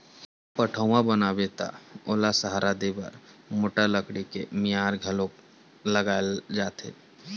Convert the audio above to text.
पठउहाँ बनाबे त ओला सहारा देय बर मोठ लकड़ी के मियार घलोक लगाए जाथे